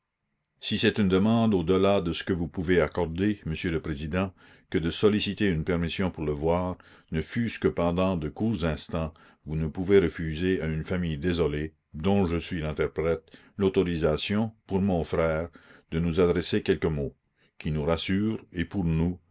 si c'est une demande au delà de ce que vous pouvez accorder monsieur le président que de solliciter une permission pour le voir ne fût-ce que pendant de courts instants vous ne pouvez refuser à une famille désolée dont je suis l'interprète l'autorisation pour mon frère de nous adresser quelques mots qui nous rassurent et pour nous